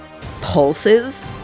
pulses